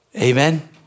Amen